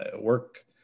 work